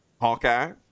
Hawkeye